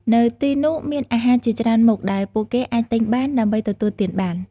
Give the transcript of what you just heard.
នៅទីនោះ មានអាហារជាច្រើនមុខដែលពួកគេអាចទិញបាន ដើម្បីទទួលទានបាន។